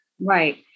Right